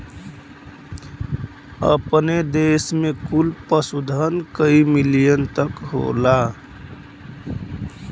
अपने देस में कुल पशुधन कई मिलियन तक होला